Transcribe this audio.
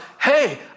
hey